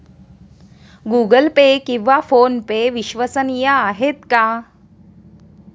Google Pay किंवा PhonePe विश्वसनीय आहेत का?